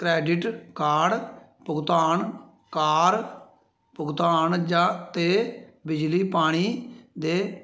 credit card भुगतान car भुगतान जां ते बिजली पानी ते